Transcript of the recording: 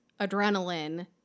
adrenaline